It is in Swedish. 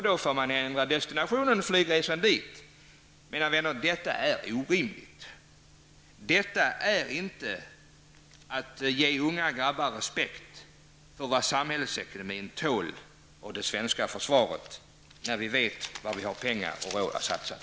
Då får han ändra destination och få flyga dit i stället. Detta är orimligt. Detta är inte att ge unga grabbar respekt för vad samhällsekonomin och det svenska försvaret tål, när vi vet vad vi har råd att satsa på.